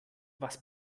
was